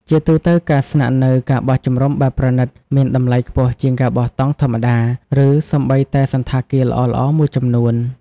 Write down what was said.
ជាទូទៅ ការស្នាក់នៅ ការបោះជំរំបែបប្រណីត មានតម្លៃខ្ពស់ជាងការបោះតង់ធម្មតា ឬសូម្បីតែសណ្ឋាគារល្អៗមួយចំនួន។